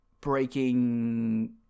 breaking